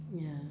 ya